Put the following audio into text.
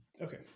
Okay